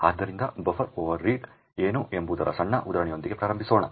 ಆದ್ದರಿಂದ buffer over read ಏನು ಎಂಬುದರ ಸಣ್ಣ ಉದಾಹರಣೆಯೊಂದಿಗೆ ಪ್ರಾರಂಭಿಸೋಣ